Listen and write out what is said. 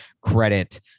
credit